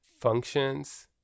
functions